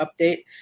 update